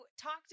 talked